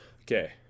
Okay